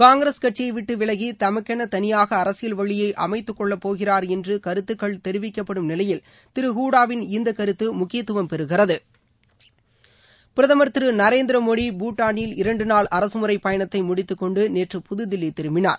காங்கிரஸ் கட்சியை விட்டு விலகி தமக்கென தனியாக அரசியல் வழியை அமைத்துக் கொள்ளப் போகிறார் என்று கருத்துக்கள் தெரிவிக்கப்படும் நிலையில் திரு ஹுடாவின் இந்த கருத்து முக்கியத்துவம் பெருகிறது பிரதமர் திரு நரேந்திர மோடி பூட்டாளில் இரண்டு நாள் அரசுமுறைப் பயணத்தை முடித்துக் கொண்டு நேற்று புதுதில்லி திரும்பினார்